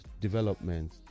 development